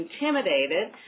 intimidated